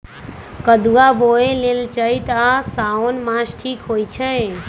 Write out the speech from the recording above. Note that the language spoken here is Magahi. कदुआ बोए लेल चइत आ साओन मास ठीक होई छइ